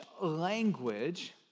language